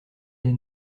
des